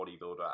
bodybuilder